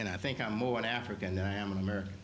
and i think i'm more an african than i am an american